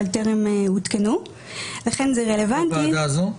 אבל טרם הותקנו ולכן זה רלוונטי --- בוועדה הזו?